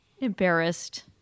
embarrassed